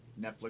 Netflix